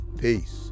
Peace